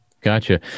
Gotcha